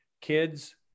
kids